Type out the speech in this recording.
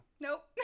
nope